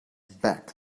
back